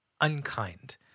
unkind